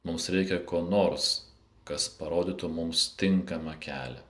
mums reikia ko nors kas parodytų mums tinkamą kelią